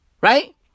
right